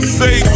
say